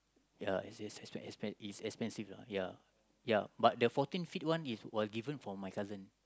ya it's expen~ expen~ it's expensive lah ya ya but the fourteen feet one is was given from my cousin